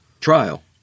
trial